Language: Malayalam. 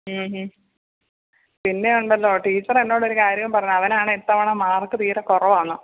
ഹും ഹും പിന്നെ ഉണ്ടല്ലോ ടീച്ചറെന്നോടൊരു കാര്യം പറഞ്ഞവനാണേ ഇത്തവണ മാർക്ക് തീരെക്കുറവാന്ന്